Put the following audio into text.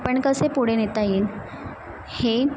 पण कसे पुढे नेता येईल हे